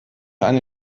eine